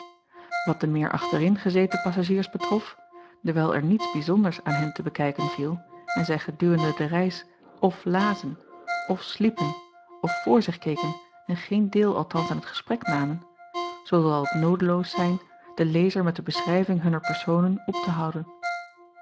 at de meer achterin gezeten passagiers betrof dewijl er niets bijzonders aan hen te bekijken viel en zij gedurende de reis of lazen of sliepen of voor zich keken en geen deel althans aan t gesprek namen zoo zal het noodeloos zijn den lezer met de beschrijving hunner personen op te houden